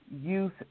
youth